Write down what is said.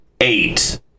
eight